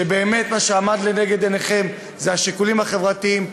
שבאמת מה שעמד לנגד עיניכם זה השיקולים החברתיים,